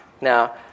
Now